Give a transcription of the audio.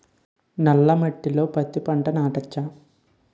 నల్ల మట్టిలో పత్తి పంట నాటచ్చా?